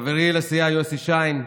חברי לסיעה יוסי שיין,